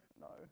No